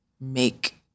make